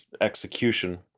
execution